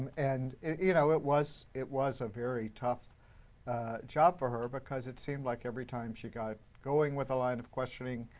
and you know it was it was a very tough job for her, because it seemed like every time she got going with a line of questioning,